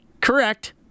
correct